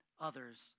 others